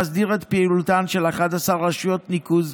מסדיר את פעילותן של 11 רשויות ניקוז,